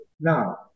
Now